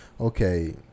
okay